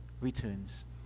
returns